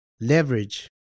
leverage